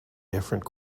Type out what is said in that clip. different